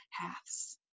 paths